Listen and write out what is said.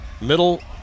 Middle